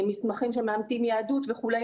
מסמכים שמאמתים יהדות וכו'.